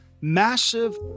massive